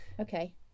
okay